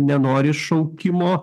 nenori šaukimo